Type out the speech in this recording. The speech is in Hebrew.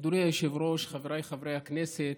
אדוני היושב-ראש, חבריי חברי הכנסת,